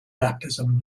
baptism